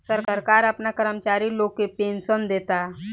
सरकार आपना कर्मचारी लोग के पेनसन देता